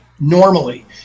normally